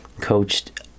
coached